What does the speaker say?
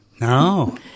No